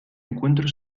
encuentro